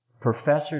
professors